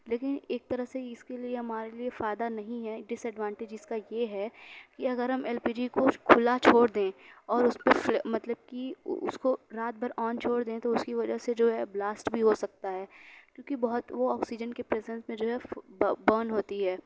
لیکن ایک طرح سے اس کے لئے ہمارے لئے فائدہ نہیں ہے ڈس ایڈوانٹج اس کا یہ ہے کہ اگر ہم ایل پی جی کو کھلا چھوڑ دیں اور اس پہ فلے مطلب کہ اس کو رات بھر آن چھوڑ دیں تو اس کی وجہ سے جو ہے بلاسٹ بھی ہو سکتا ہے کیونکہ بہت وہ آکسیجن کے پریزنٹ میں جو ہے برن ہوتی ہے